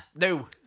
No